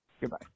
Goodbye